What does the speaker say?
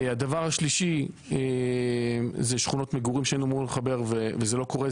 הדבר השלישי זה שכונות מגורים שהיינו אמורים לחבר וזה לא קורה,